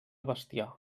bestiar